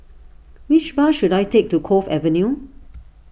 which bus should I take to Cove Avenue